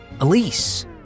Elise